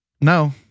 No